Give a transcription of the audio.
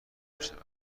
بشوند